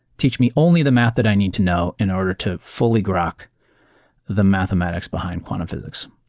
teach me only the method i need to know in order to fully grok the mathematics behind quantum physics.